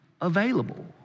available